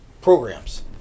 programs